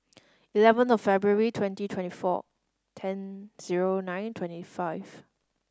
eleven of February twenty twenty four ten zero nine twenty five